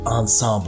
Ensemble